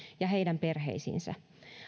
ja heidän perheisiinsä